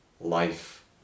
life